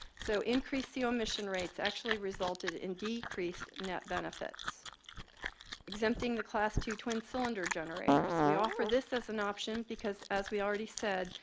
so, increased co emission rates actually resulted in decreased net benefits exempting the class two twin cylinder generators. we offer this as an option because as we already said,